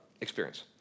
experience